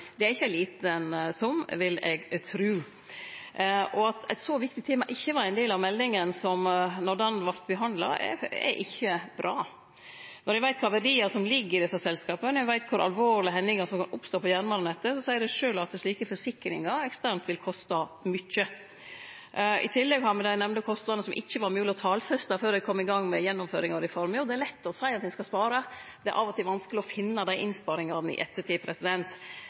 Det er ikkje ein liten sum, vil eg tru. At eit så viktig tema ikkje var ein del av meldinga då ho vart behandla, er ikkje bra. Når ein veit kva verdiar som ligg i desse selskapa, og ein veit kor alvorlege hendingar som kan oppstå på jernbanenettet, seier det seg sjølv at slike forsikringar eksternt vil koste mykje. I tillegg har me dei nemnde kostnadene som det ikkje var mogleg å talfeste før ein kom i gang med gjennomføringa av reforma, og det er lett å seie at ein skal spare. Det er av og til vanskeleg å finne dei innsparingane i ettertid.